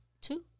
Two